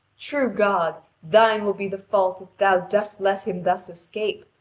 true god, thine will be the fault if thou dost let him thus escape.